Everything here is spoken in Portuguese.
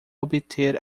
obter